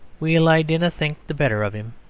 weel, i dinna think the better of him.